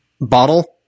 Bottle